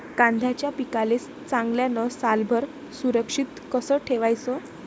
कांद्याच्या पिकाले चांगल्यानं सालभर सुरक्षित कस ठेवाचं?